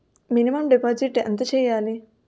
Minimum deposit ఎంత చెయ్యాలి?